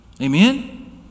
Amen